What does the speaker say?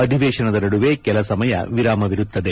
ಅಧಿವೇಶನದ ನದುವೆ ಕೆಲ ಸಮಯ ವಿರಾಮವಿರುತ್ತದೆ